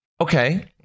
Okay